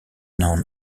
known